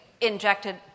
injected